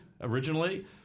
originally